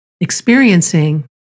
experiencing